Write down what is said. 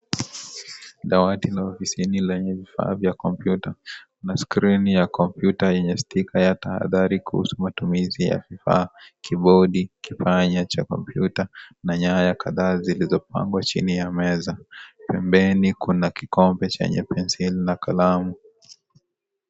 Dawati la ofisini lenye vifaa vya kompyuta na skrini ya kompyuta yenye stika ya tahadhari kuhusu matumizi ya kibodi, kipanya cha kompyuta na nyaya kadhaa zilizopangwa chini ya meza, pempeni kuna kikombe chenye penseli na kalamu.